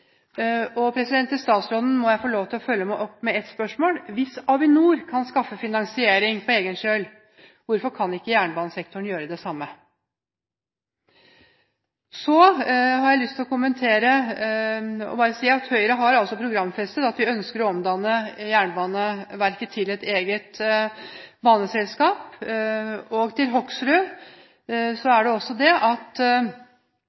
til å si at det som faktisk er «besnærende», er en jernbanestruktur som ville gi en enda bedre jernbane. Statsråden må jeg få lov til å følge opp med et spørsmål. Hvis Avinor kan skaffe finansiering på egen kjøl, hvorfor kan ikke jernbanesektoren gjøre det samme? Så har jeg bare lyst til å si at Høyre har programfestet at vi ønsker å omdanne Jernbaneverket til et eget baneselskap. Og